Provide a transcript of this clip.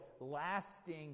lasting